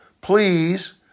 please